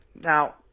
Now